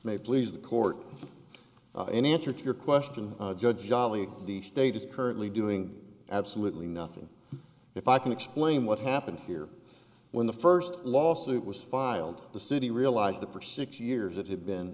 may please the court in answer to your question judge jolly the state is currently doing absolutely nothing if i can explain what happened here when the first lawsuit was filed the city realized that for six years it had been